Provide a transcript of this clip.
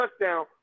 touchdown